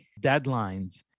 deadlines